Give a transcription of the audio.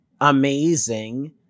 amazing